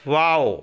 wow